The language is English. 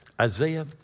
Isaiah